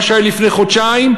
מה שהיה לפני חודשיים,